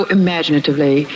imaginatively